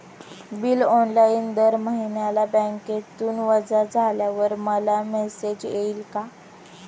Bill online दर महिन्याला बँकेतून वजा झाल्यावर मला मेसेज येईल का?